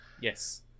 yes